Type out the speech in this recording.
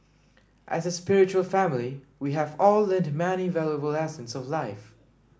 as a spiritual family we have all learned many valuable lessons of life